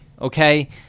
Okay